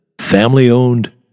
family-owned